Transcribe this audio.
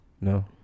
No